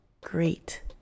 great